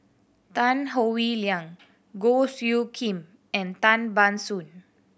Tan Howe Liang Goh Soo Khim and Tan Ban Soon